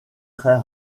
très